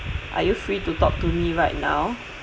are you free to talk to me right now